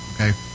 okay